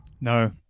No